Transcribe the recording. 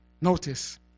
notice